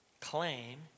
claim